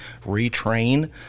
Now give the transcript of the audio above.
retrain